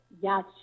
yes